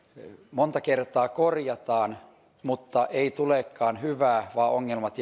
monta kertaa korjataan mutta ei tulekaan hyvä vaan ongelmat